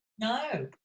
No